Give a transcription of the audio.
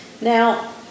Now